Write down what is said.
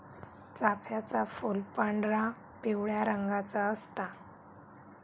चाफ्याचा फूल पांढरा, पिवळ्या रंगाचा असता